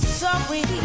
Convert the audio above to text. sorry